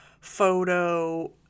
photo